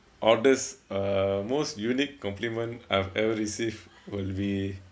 oddest uh most unique compliment I've ever received will be